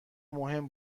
مهم